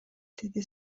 деди